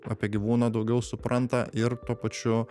apie gyvūną daugiau supranta ir tuo pačiu